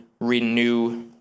renew